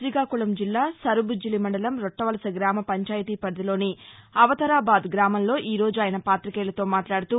శ్రీకాకుళం జిల్లా సరుబుజ్జిలి మండలం రొట్లవలస గ్రామ పంచాయితీ పరిథిలోని అవతరాబాద్ గ్రామంలో ఈరోజు ఆయన పాతికేయులతో మాట్లాడుతూ